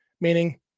meaning